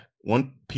one